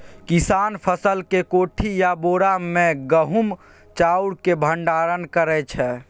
किसान फसल केँ कोठी या बोरा मे गहुम चाउर केँ भंडारण करै छै